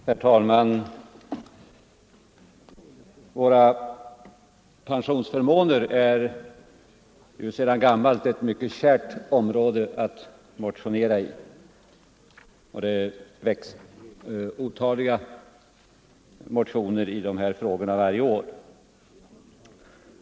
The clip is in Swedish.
Herr talman! Våra pensionsförmåner är ju sedan gammalt ett mycket kärt ämne att motionera i, och det har väckts otaliga motioner i dessa frågor varje år.